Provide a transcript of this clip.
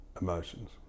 emotions